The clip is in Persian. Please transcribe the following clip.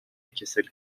کسل